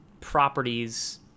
properties